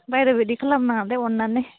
बायद' बिदि खालामनाङा दे अननानै